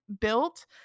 built